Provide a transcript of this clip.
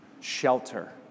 shelter